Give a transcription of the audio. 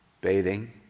bathing